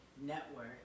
network